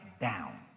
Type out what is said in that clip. down